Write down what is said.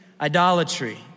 idolatry